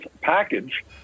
package